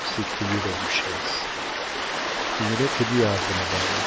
s'écriait la duchesse une lettre du havre madame